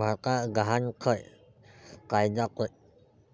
भारतात गहाणखत कायदा